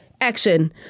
Action